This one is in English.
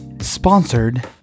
sponsored